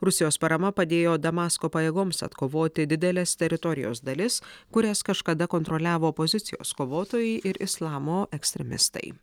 rusijos parama padėjo damasko pajėgoms atkovoti dideles teritorijos dalis kurias kažkada kontroliavo opozicijos kovotojai ir islamo ekstremistai